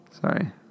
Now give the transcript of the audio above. Sorry